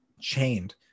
Chained